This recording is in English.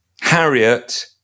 Harriet